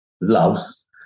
loves